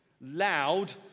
loud